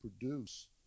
produce